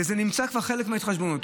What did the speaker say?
זה נמצא כבר כחלק מההתחשבנות.